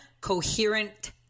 coherent